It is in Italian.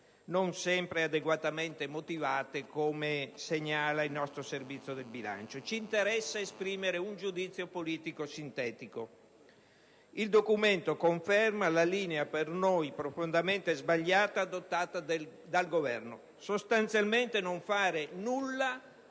non sempre adeguatamente motivati, come segnala il nostro Servizio del bilancio. Ci interessa invece esprimere un giudizio politico sintetico. Il Documento conferma la linea per noi profondamente sbagliata adottata dal Governo - in modo elegante,